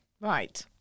Right